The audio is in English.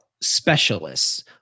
specialists